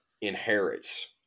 inherits